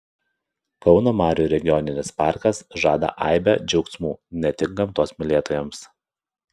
kauno marių regioninis parkas žada aibę džiaugsmų ne tik gamtos mylėtojams